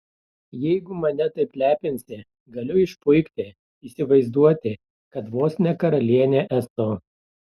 jeigu mane taip lepinsi galiu išpuikti įsivaizduoti kad vos ne karalienė esu